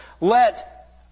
Let